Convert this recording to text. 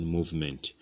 Movement